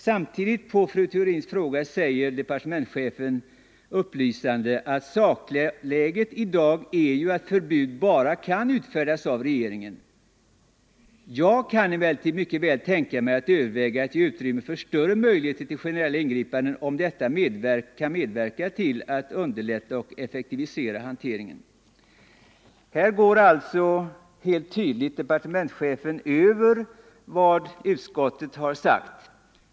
Samtidigt svarar emellertid departementschefen på fru Theorins fråga, upplysande: ”Sakläget i dag är ju att förbud bara kan utfärdas av regeringen. Jag kan emellertid mycket väl tänka mig att överväga att ge utrymme för större möjligheter till generella ingripanden, om detta medverkar till att underlätta och effektivisera hanteringen.” Här gör alltså, helt tydligt, departementschefen ett uttalande som inte stämmer med utskottets.